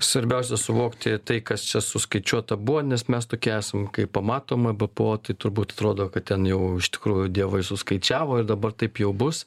svarbiausia suvokti tai kas čia suskaičiuota buvo nes mes tokie esam kaip pamatom a b p o tai turbūt atrodo kad ten jau iš tikrųjų dievai suskaičiavo ir dabar taip jau bus